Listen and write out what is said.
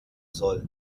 soll